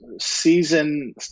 season